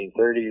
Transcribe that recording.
1930s